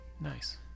Nice